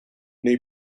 nei